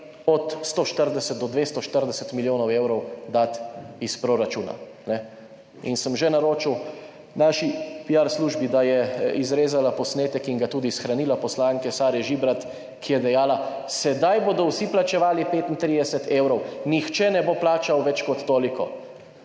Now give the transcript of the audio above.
od 140 do 240 milijonov evrov dati iz proračuna. In sem že naročil naši piar službi, da je izrezala posnetek in ga tudi shranila, poslanke Sare Žibrat, ki je dejala: »Sedaj bodo vsi plačevali 35 evrov. Nihče ne bo plačal več kot toliko«.